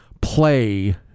play